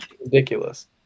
Ridiculous